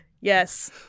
Yes